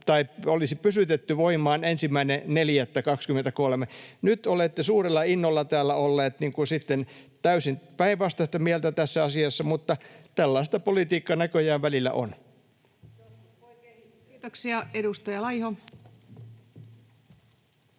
tai olisi pysytetty tulemaan voimaan 1.4.23. Nyt olette suurella innolla täällä olleet sitten täysin päinvastaista mieltä tässä asiassa, mutta tällaista politiikka näköjään välillä on. [Anne Rintamäki: